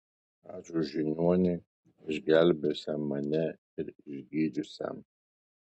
ačiū žiniuoniui išgelbėjusiam mane ir išgydžiusiam